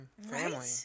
family